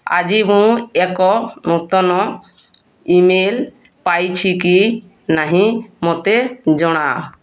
ଆଜି ମୁଁ ଏକ ନୂତନ ଇମେଲ୍ ପାଇଛି କି ନାହିଁ ମୋତେ ଜଣାଅ